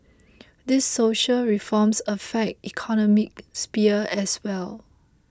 these social reforms affect economic sphere as well